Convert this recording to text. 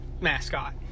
mascot